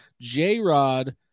j-rod